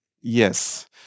Yes